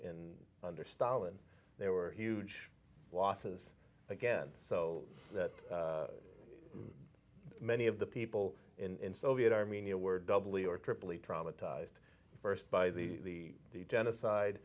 in under stalin there were huge losses again so that many of the people in soviet armenia were doubly or triply traumatized first by the the genocide